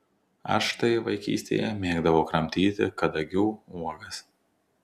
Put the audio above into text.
aš štai vaikystėje mėgdavau kramtyti kadagių uogas